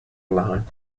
line